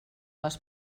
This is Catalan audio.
les